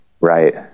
right